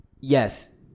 yes